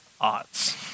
odds